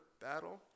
battle